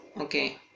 Okay